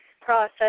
process